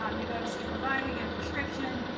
um you go to see a provider, you get a prescription,